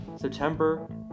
September